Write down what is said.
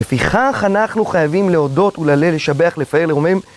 לפיכך אנחנו חייבים להודות ולהלל, לשבח, לפאר, לרומם...